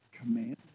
command